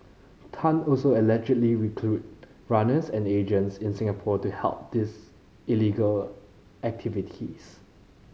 Tan also allegedly recruited runners and agents in Singapore to help these illegal activities